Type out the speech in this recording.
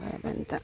भए पनि त